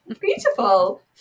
beautiful